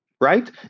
right